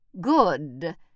Good